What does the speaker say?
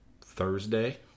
Thursday